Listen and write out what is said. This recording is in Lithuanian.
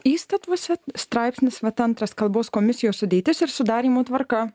įstatuose straipsnis vat antras kalbos komisijos sudėtis ir sudarymo tvarka